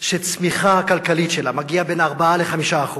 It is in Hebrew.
שהצמיחה הכלכלית שלה מגיעה ל-4% 5%,